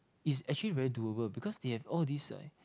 is actually very durable because they have all this like